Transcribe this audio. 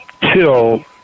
till